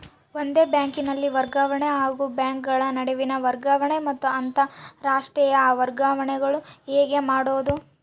ಒಂದೇ ಬ್ಯಾಂಕಿನಲ್ಲಿ ವರ್ಗಾವಣೆ ಹಾಗೂ ಬ್ಯಾಂಕುಗಳ ನಡುವಿನ ವರ್ಗಾವಣೆ ಮತ್ತು ಅಂತರಾಷ್ಟೇಯ ವರ್ಗಾವಣೆಗಳು ಹೇಗೆ ಮಾಡುವುದು?